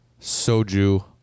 Soju